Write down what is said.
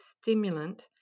stimulant